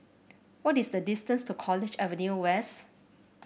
what is the distance to College Avenue West